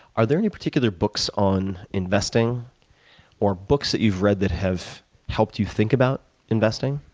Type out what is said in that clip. are there any particular books on investing or books that you've read that have helped you think about investing?